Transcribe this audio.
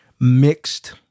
mixed